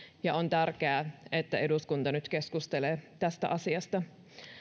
ja on tärkeää että eduskunta nyt keskustelee tästä asiasta